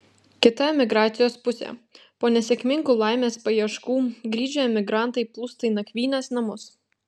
kita emigracijos pusė po nesėkmingų laimės paieškų grįžę emigrantai plūsta į nakvynės namus